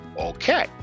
okay